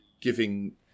giving